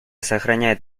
сохраняет